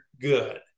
good